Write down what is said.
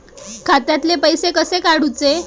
खात्यातले पैसे कसे काडूचे?